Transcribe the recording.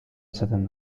izaten